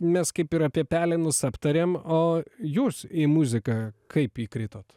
mes kaip ir apie pelenus aptarėm o jūs į muziką kaip įkritot